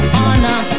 honor